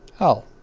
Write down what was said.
oh.